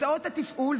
הוצאות התפעול,